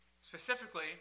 specifically